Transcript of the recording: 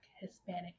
Hispanic